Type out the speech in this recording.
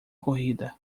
corrida